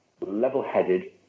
level-headed